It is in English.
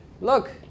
Look